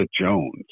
Jones